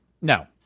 no